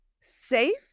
safe